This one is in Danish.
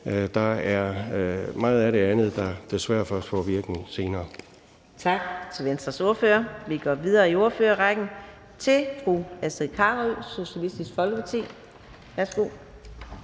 Der er meget af det andet, der desværre først får virkning senere.